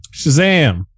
Shazam